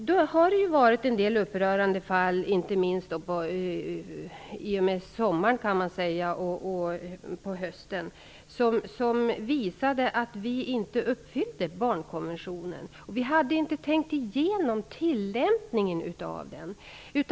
Det har förekommit en del upprörande fall, inte minst under sommaren och hösten, som visat att vi inte uppfyller barnkonventionen. Vi hade inte tänkt igenom tillämpningen av den.